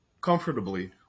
comfortably